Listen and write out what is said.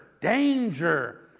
danger